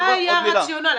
מה היה הרציונל?